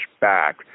back